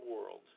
world